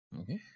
Okay